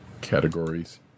categories